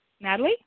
Natalie